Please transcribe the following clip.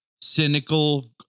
cynical